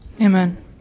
Amen